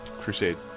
Crusade